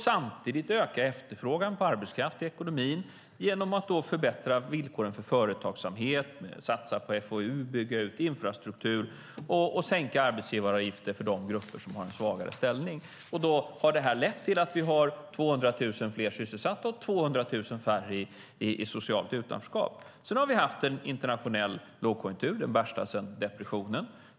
Samtidigt har vi ökat efterfrågan på arbetskraft i ekonomin genom att förbättra villkoren för företagsamhet med att satsa på FOU, bygga ut infrastruktur och sänka arbetsgivaravgifter för de grupper som har en svagare ställning. Detta har lett till att vi har 200 000 fler sysselsatta och 200 000 färre i socialt utanförskap. Vi har haft en internationell lågkonjunktur - den värsta sedan depressionen.